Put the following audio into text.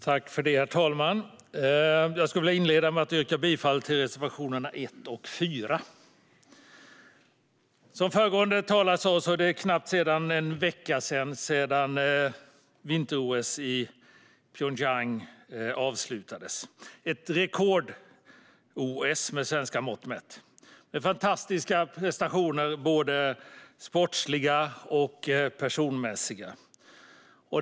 Herr talman! Jag vill inleda med att yrka bifall till reservationerna 1 och 4. Som föregående talare sa är det knappt en vecka sedan vinter-OS i Pyeongchang avslutades - ett rekord-OS med svenska mått mätt med fantastiska prestationer, både sportsliga och personmässiga.